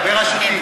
112, בראשותי.